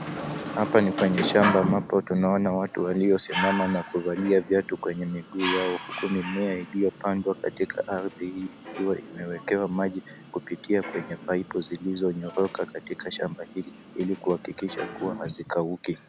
Hapa ni kwenye shamba ambapo tunaona watu waliosimama na kuvalia viatu kwenye miguu yao huku mimea iliyopandwa katika ardhi hii ikiwa imewekewa maji kupitia kwenye paipu zilizonyoroka katika shamba ili kuhakikisha kuwa hazikauki.